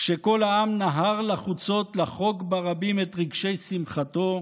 כשכל העם נהר לחוצות לחוג ברבים את רגשי שמחתו,